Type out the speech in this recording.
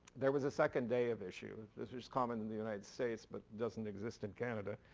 there was a second day of issue. this is common in the united states but doesn't exist in canada.